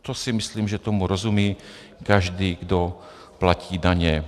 To si myslím, že tomu rozumí každý, kdo platí daně.